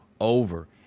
over